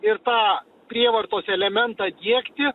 ir tą prievartos elementą diegti